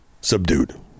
subdued